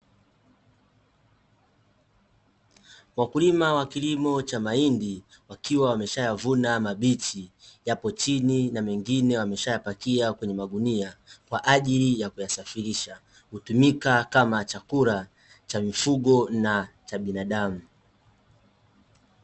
Wakulima wa kilimo cha mahindi, wakiwa wameshayavuna mabichi. Yapo chini na mengine wameshayapakia kwenye magunia kwa ajili ya kuyasafirisha. Hutumika kama chakula cha mifugo na cha binadamu.